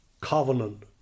covenant